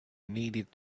needed